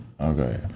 Okay